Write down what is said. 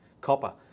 copper